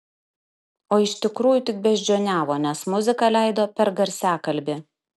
o iš tikrųjų tik beždžioniavo nes muziką leido per garsiakalbį